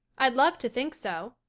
i'd love to think so.